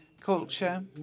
culture